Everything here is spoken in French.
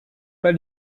pas